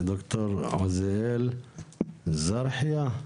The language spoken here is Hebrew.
ד"ר עוזיאל זרחיה,